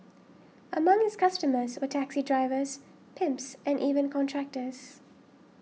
among his customers were taxi drivers pimps and even contractors